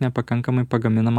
nepakankamai pagaminama